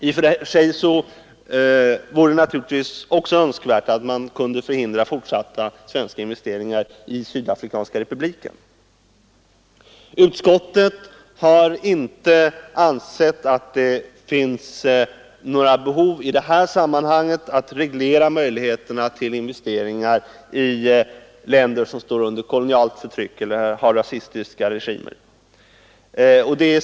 I och för sig vore det naturligtvis också önskvärt att förhindra fortsatta svenska investeringar i Sydafrikanska republiken. Utskottet har inte ansett att det i det här sammanhanget finns några behov av att reglera möjligheterna till investeringar i länder som står under kolonialt förtryck eller har rasistiska regimer.